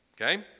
Okay